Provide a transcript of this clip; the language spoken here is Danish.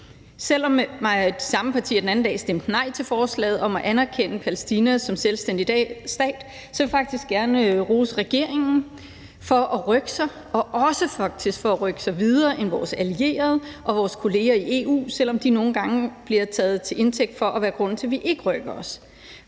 den anden dag stemte nej til forslaget om at anerkende Palæstina som selvstændig stat, vil jeg faktisk gerne rose regeringen for at rykke sig og også for faktisk at rykke sig videre end vores allierede og vores kolleger i EU, selv om de nogle gange bliver taget til indtægt for og være grunden til, at vi ikke rykker os.